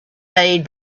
made